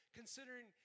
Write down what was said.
considering